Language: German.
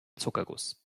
zuckerguss